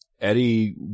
eddie